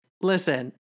Listen